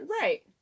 Right